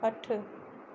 अठ